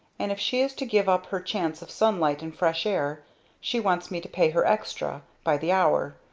and if she is to give up her chance of sunlight and fresh air she wants me to pay her extra by the hour.